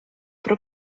про